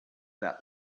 that